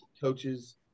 coaches